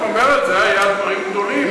את אומרת: זה היה דברים גדולים,